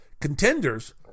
contenders